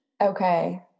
okay